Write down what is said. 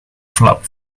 flap